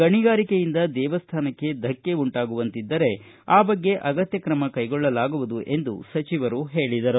ಗಣಿಗಾರಿಕೆಯಿಂದ ದೇವಸ್ಥಾನಕ್ಕೆ ಧಕ್ಕೆ ಉಂಟಾಗುವಂತಿದ್ದರೆ ಆ ಬಗ್ಗೆ ಅಗತ್ಯ ಕ್ರಮ ತೆಗೆದುಕೊಳ್ಳಲಾಗುವುದು ಎಂದು ಸಚಿವರು ಹೇಳಿದರು